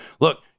look